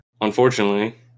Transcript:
unfortunately